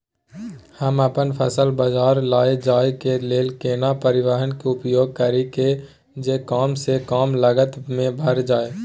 हम अपन फसल बाजार लैय जाय के लेल केना परिवहन के उपयोग करिये जे कम स कम लागत में भ जाय?